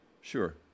sure